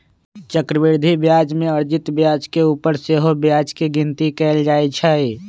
चक्रवृद्धि ब्याज में अर्जित ब्याज के ऊपर सेहो ब्याज के गिनति कएल जाइ छइ